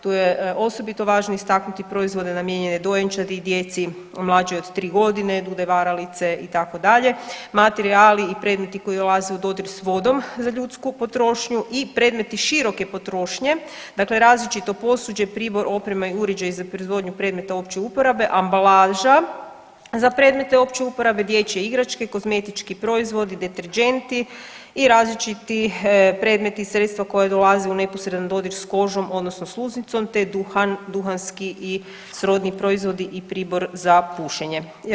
Tu je osobito važno istaknuti proizvode namijenjene dojenčadi i djeci mlađoj od 3 godine, dude varalice, itd., materijali i predmeti koji dolaze u dodir s vodom za ljudsku potrošnju i predmeti široke potrošnje, dakle različito posuđe, pribor, oprema i uređaji za proizvodnju predmeta opće uporabe, ambalaža za predmete opće uporabe, dječje igračke, kozmetički proizvodi, deterdženti i različiti predmeti i sredstva koja dolaze u neposredan dodir s kožom odnosno sluznicom te duhan, duhanski i srodni proizvodi i pribor za pušenje.